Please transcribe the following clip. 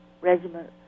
regiment